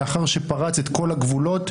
לאחר שפרץ את כל הגבולות.